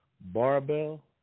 Barbell